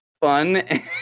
fun